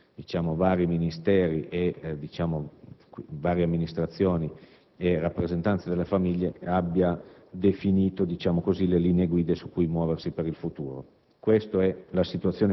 riunisce vari Ministeri e varie amministrazioni e rappresentanze delle famiglie, abbia definito le linee guida su cui muoversi per il futuro.